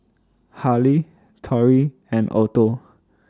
Harley Tory and Otho